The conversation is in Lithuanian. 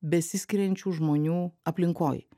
besiskiriančių žmonių aplinkoj